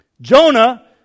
Jonah